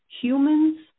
humans